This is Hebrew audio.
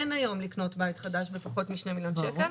אין היום לקנות בית חדש בפחות מ-2 מיליון שקל.